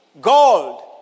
gold